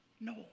No